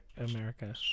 America